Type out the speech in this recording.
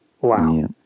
Wow